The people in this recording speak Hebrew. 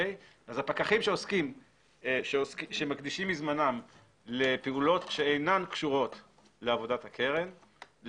אז הפקחים שמקדישים מזמנם לפעולות שאינן קשורות לעבודת הקרן,